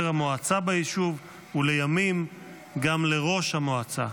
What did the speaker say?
המועצה ביישוב ולימים גם לראש המועצה.